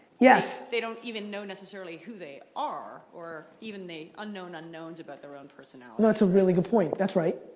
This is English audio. yes they don't even know necessarily, who they are, or even the unknown unknowns about their own personality. no, that's a really good point, that's right.